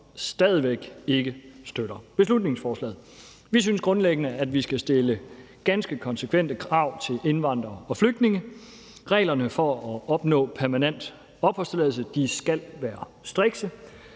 stadig væk ikke støtter beslutningsforslaget. Vi synes grundlæggende, at vi skal stille ganske konsekvente krav til indvandrere og flygtninge. Reglerne for at opnå permanent opholdstilladelse skal være strikse.